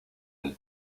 del